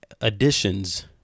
Additions